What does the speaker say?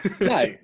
No